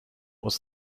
was